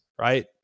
right